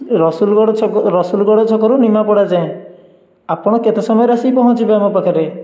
ରସୁଲଗଡ଼ ଛକ ରସୁଲଗଡ଼ ଛକରୁ ନିମାପଡ଼ା ଯାଏଁ ଆପଣ କେତେ ସମୟରେ ଆସି ପହଞ୍ଚିବେ ଆମ ପାଖରେ